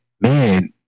man